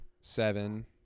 seven